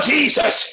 Jesus